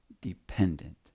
dependent